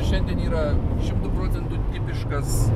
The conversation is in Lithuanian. šiandien yra šimtu procentų tipiškas